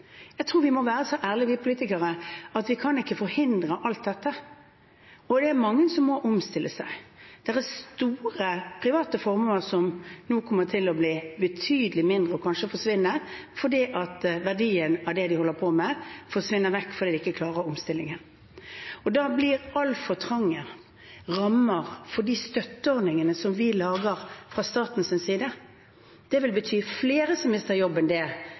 Jeg tror vi politikere må være ærlige og si at vi ikke kan forhindre alt dette. Det er mange som må omstille seg. Det er store private formuer som nå kommer til å bli betydelig mindre og kanskje forsvinne, fordi verdien av det man holder på med, forsvinner vekk fordi man ikke klarer omstillingen. Da, representanten Lysbakken, vil altfor trange rammer for de støtteordningene vi lager fra statens side, bety at flere mister jobben. Det vil bety at flere går ut i varig arbeidsledighet, for det